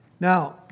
Now